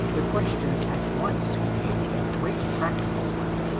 the question at once became a great practical one,